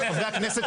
חברי הכנסת,